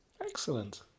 Excellent